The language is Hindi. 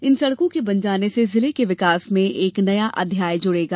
इन सड़कों के बन जाने से जिले के विकास में एक नया अध्याय जुड़ेगा